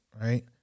right